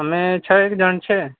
અમે છ એક જણ છીએ